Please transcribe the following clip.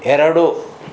ಎರಡು